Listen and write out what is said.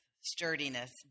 sturdiness